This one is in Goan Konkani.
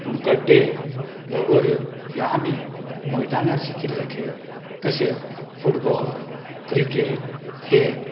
पूण गड्डे लगोऱ्यो ह्यो आमी मैदानार शिकिल्ले खेळ तशेंच फुटबॉल क्रिकेट हे